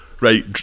right